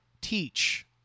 teach